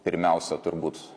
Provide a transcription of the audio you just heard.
pirmiausia turbūt